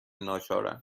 ناچارا